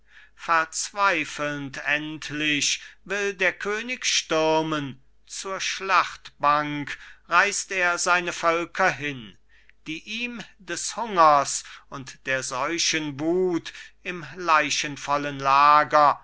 verzweifelnd endlich will der könig stürmen zur schlachtbank reißt er seine völker hin die ihm des hungers und der seuchen wut im leichenvollen lager